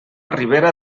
ribera